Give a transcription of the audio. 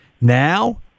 Now